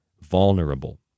vulnerable